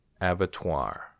Abattoir